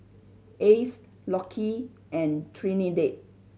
Ace Lockie and Trinidad